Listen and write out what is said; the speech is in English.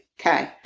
Okay